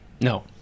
No